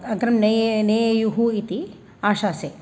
अग्रं ने नयेयुः इति आशासे